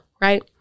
Right